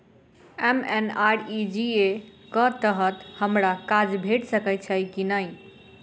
MNREGA कऽ तहत हमरा काज भेट सकय छई की नहि?